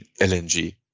LNG